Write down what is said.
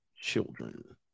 children